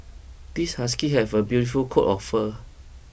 this husky have a beautiful coat of fur